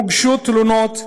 הוגשו תלונות,